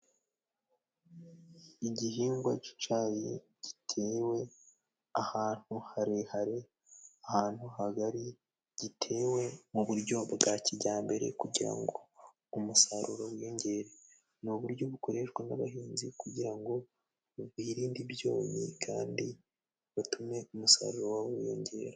Igihingwa c'icayi gitewe ahantu harehare ahantu hagari, gitewe mu buryo bwa kijyambere kugira ngo umusaruro wiyongere, ni uburyo bukoreshwa n'abahinzi kugira ngo ba birinde ibyonnyi kandi batume umusaruro wiyongera.